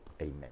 Amen